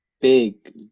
big